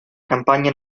campagna